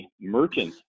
merchants